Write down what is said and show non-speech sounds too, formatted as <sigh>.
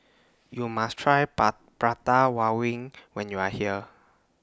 YOU must Try Par Prata <unintelligible> when YOU Are here